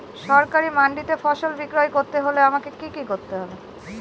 সরকারি মান্ডিতে ফসল বিক্রি করতে হলে আমাকে কি কি করতে হবে?